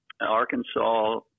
Arkansas